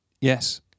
Yes